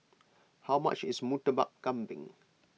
how much is Murtabak Kambing